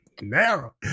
narrow